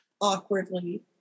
Awkwardly